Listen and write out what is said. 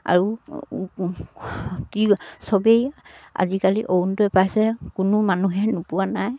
আৰু কি চবেই আজিকালি অৰুণোদয় পাইছে কোনো মানুহে নোপোৱা নাই